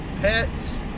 pets